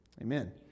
Amen